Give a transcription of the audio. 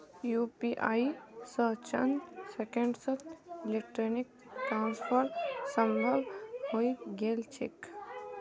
UPI स चंद सेकंड्सत इलेक्ट्रॉनिक ट्रांसफर संभव हई गेल छेक